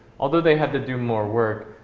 although they had to do more work,